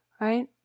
right